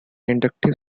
inductive